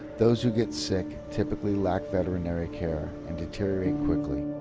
those who get sick typically lack veterinary care and deteriorate quickly.